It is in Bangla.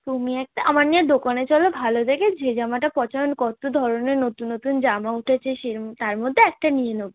তুমি একটা আমার নিয়ে দোকানে চলো ভালো দেখে যে জামাটা পছন কত ধরণের নতুন নতুন জামা উঠেছে সে তার মধ্যে একটা নিয়ে নেবো